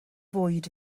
fwyd